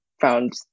found